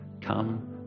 Come